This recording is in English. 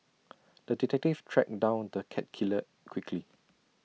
the detective tracked down the cat killer quickly